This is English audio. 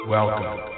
Welcome